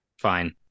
fine